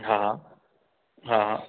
हा हा हा हा